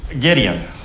Gideon